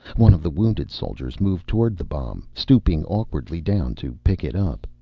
one of the wounded soldiers moved toward the bomb, stooping awkwardly down to pick it up.